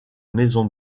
maison